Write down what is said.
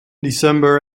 december